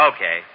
Okay